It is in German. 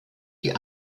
die